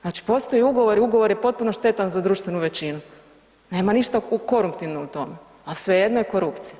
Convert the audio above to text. Znači postoji ugovor, ugovor je potpuno štetan za društvenu većinu, nema ništa koruptivno u tome, al svejedno je korupcija.